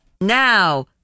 Now